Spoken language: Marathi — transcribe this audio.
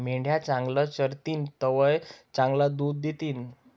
मेंढ्या चांगलं चरतीन तवय चांगलं दूध दितीन